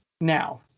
Now